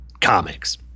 Comics